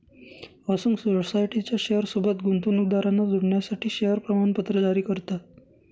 housing सोसायटीच्या share सोबत गुंतवणूकदारांना जोडण्यासाठी शेअर प्रमाणपत्र जारी करतात